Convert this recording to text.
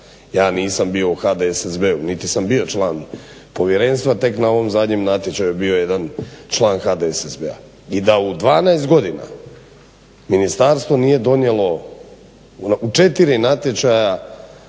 ja nisam bio u HDSSB-u, niti sam bio član povjerenstva. Tek na ovom zadnjem natječaju bio je jedan član HDSSB-a. I da u 12 godina ministarstvo nije donijelo u 4 natječaja